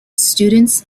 students